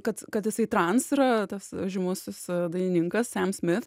kad kad jisai trans yra tas žymusis dainininkas sam smith